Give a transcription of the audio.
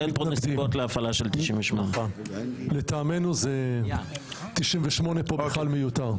אין כאן נסיבות להפעלה של 98. לטעמנו 98 כאן בכלל מיותר.